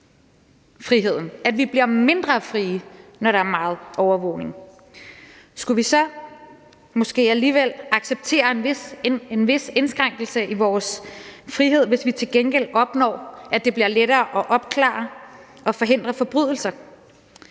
friheden, at vi bliver mindre frie, når der er meget overvågning. Skulle vi så måske alligevel acceptere en vis indskrænkning af vores frihed, hvis vi til gengæld opnår, at det bliver lettere at opklare og forhindre forbrydelser?